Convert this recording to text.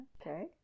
Okay